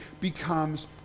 becomes